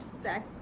stack